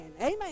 Amen